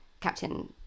captain